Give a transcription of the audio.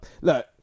Look